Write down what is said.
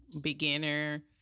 beginner